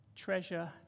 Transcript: treasure